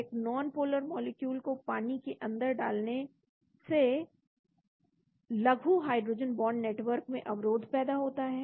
एक non polar molecule को पानी के अंदर डालने से पर लूज हाइड्रोजन बॉन्ड नेटवर्क में अवरोध पैदा होता है